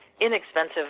inexpensive